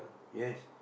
yes